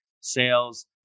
sales